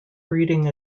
breeding